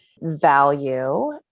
value